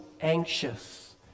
anxious